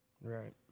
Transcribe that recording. Right